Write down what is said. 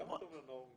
למה אתה אומר נאור?